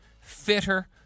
fitter